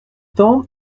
temps